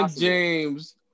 James